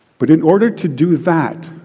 but in order to do that,